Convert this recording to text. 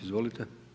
Izvolite.